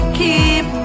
keep